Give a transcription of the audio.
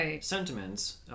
sentiments